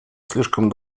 слишком